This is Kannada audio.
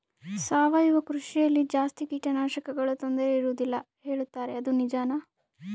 ಸಾವಯವ ಕೃಷಿಯಲ್ಲಿ ಜಾಸ್ತಿ ಕೇಟನಾಶಕಗಳ ತೊಂದರೆ ಇರುವದಿಲ್ಲ ಹೇಳುತ್ತಾರೆ ಅದು ನಿಜಾನಾ?